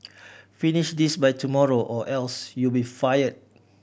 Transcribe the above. finish this by tomorrow or else you'll be fired